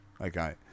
Okay